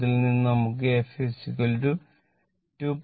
അതിൽ നിന്ന് നമുക്ക് f 2